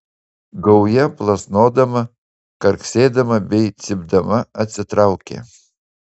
gauja plasnodama karksėdama bei cypdama atsitraukė